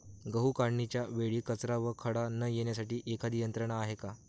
गहू काढणीच्या वेळी कचरा व खडा न येण्यासाठी एखादी यंत्रणा आहे का?